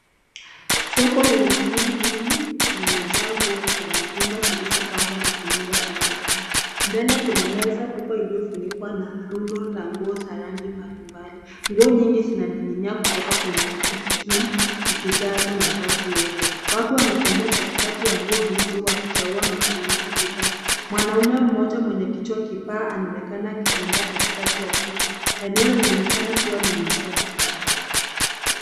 Hii ni sehemu yenye shughuli nyingi, katika jengo la soko lenye nguzo kubwa ambazo hazijapangwa sawa, zikionekana kila mahali. Mbele kuna meza kubwa ya mbao iliyojaa mizigo, nguo, sarung’i na vitu mbalimbali. Nguo nyingi zimeninuliwa kutoka kwenye stendi, zikining’inia na kuonekana kwa wingi. Watu wanapita katikati ya nguo hizo, wengine wakichagua na wengine wakisukumana ili kupita. Mwanaume mmoja mwenye kichwa kipaa anaonekana akihudumu katikati ya soko